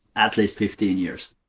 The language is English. at least fifteen years.